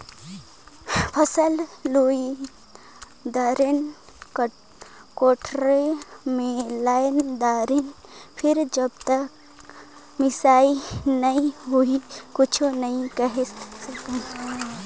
फसल लुई दारेन, कोठार मे लायन दारेन फेर जब तक मिसई नइ होही कुछु नइ केहे सकन